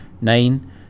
Nine